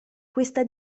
questa